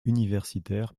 universitaire